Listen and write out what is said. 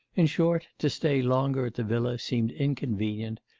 in short, to stay longer at the villa seemed inconvenient,